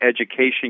education